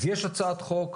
אז יש הצעת חוק,